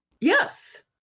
yes